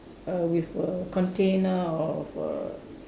err with a container of a